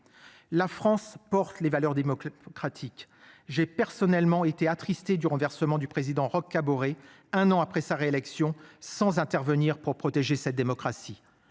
La France porte les valeurs des mots-clés pratique. J'ai personnellement été attristé du renversement du président Roch Kaboré. Un an après sa réélection sans intervenir pour protéger cette démocratie.